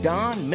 Don